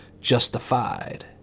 justified